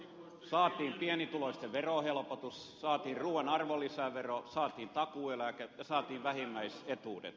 saatiin pienituloisten verohelpotus saatiin ruuan arvonlisävero saatiin takuueläke ja saatiin vähimmäisetuudet